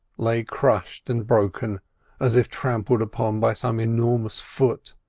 lay crushed and broken as if trampled upon by some enormous foot.